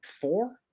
four